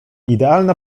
idealna